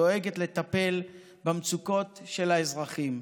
שדואגת לטפל במצוקות של האזרחים,